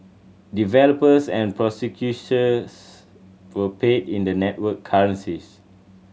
developers and processors were paid in the network currencies